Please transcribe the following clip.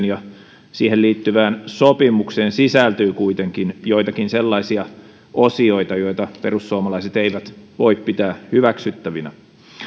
ja siihen liittyvään sopimukseen sisältyy kuitenkin joitakin sellaisia osioita joita perussuomalaiset eivät voi pitää hyväksyttävinä